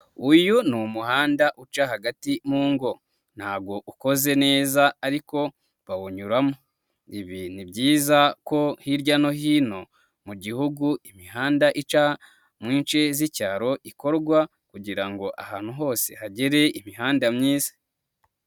Uyu ni umuhanda uca hagati mu ngo ntabwo ukoze neza ariko bawunyuramo. Ibi ni byiza ko hirya no hino mu gihugu imihanda ica mu ince z'icyaro ikorwa kugira ngo ahantu hose hagere imihanda myinshi.